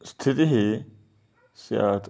स्थितिः स्यात्